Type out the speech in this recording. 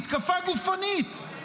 מתקפה גופנית.